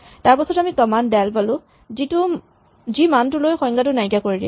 তাৰপাছত আমি command del পালো যি মানটো লৈ সংজ্ঞাটো নাইকিয়া কৰি দিয়ে